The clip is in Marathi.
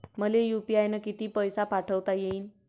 मले यू.पी.आय न किती पैसा पाठवता येईन?